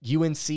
UNC